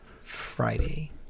Friday